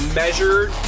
measured